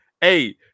hey